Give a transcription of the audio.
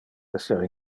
esser